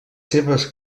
seves